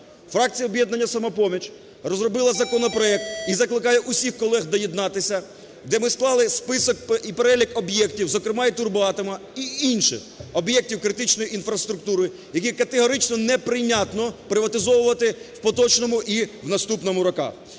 Фракція "Об'єднання "Самопоміч" розробила законопроект і закликає всіх колег доєднатись, де ми склали список і перелік об'єктів, зокрема і "Турбоатома", і інших об'єктів критичної інфраструктури, які категорично неприйнятно приватизовувати в поточному і в наступному роках.